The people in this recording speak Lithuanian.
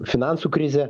finansų krizę